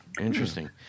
Interesting